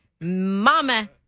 Mama